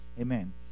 Amen